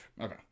Okay